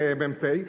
כמ"פ,